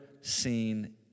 seen